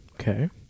Okay